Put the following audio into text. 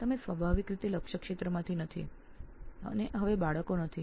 આપ સ્વાભાવિક રીતે લક્ષ્ય ક્ષેત્રમાંથી નથી અને હવે બાળકો પણ નથી